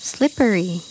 Slippery